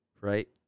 right